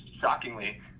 shockingly